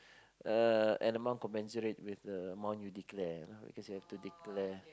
uh and amount compensation rate with the amount you declare know because you have to declare